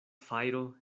fajro